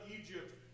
Egypt